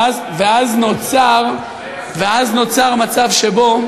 ואז נוצר מצב שבו,